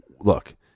Look